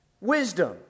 Wisdom